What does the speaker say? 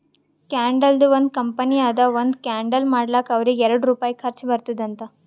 ಕ್ಯಾಂಡಲ್ದು ಒಂದ್ ಕಂಪನಿ ಅದಾ ಒಂದ್ ಕ್ಯಾಂಡಲ್ ಮಾಡ್ಲಕ್ ಅವ್ರಿಗ ಎರಡು ರುಪಾಯಿ ಖರ್ಚಾ ಬರ್ತುದ್ ಅಂತ್